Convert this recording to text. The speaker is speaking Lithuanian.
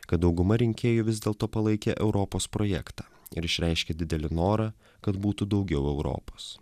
kad dauguma rinkėjų vis dėlto palaikė europos projektą ir išreiškė didelį norą kad būtų daugiau europos